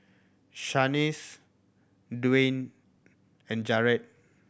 Shanice Dwyane and Jaret